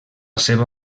seva